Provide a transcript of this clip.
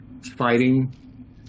fighting